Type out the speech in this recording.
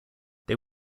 they